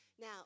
Now